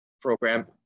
program